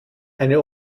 eine